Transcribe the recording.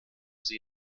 sie